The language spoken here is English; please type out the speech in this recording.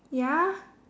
ya